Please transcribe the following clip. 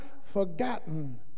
forgotten